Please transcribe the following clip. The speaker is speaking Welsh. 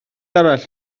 arall